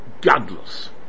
godless